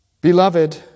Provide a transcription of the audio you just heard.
Beloved